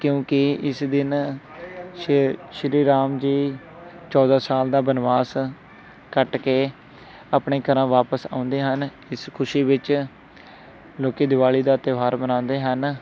ਕਿਉਂਕਿ ਇਸ ਦਿਨ ਸ਼ ਸ਼੍ਰੀ ਰਾਮ ਜੀ ਚੌਦਾਂ ਸਾਲ ਦਾ ਬਨਵਾਸ ਕੱਟ ਕੇ ਆਪਣੇ ਘਰ ਵਾਪਸ ਆਉਂਦੇ ਹਨ ਇਸ ਖੁਸ਼ੀ ਵਿੱਚ ਲੋਕ ਦੀਵਾਲੀ ਦਾ ਤਿਉਹਾਰ ਮਨਾਉਂਦੇ ਹਨ